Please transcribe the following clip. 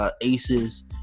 Aces